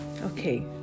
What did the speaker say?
okay